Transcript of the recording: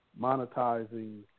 monetizing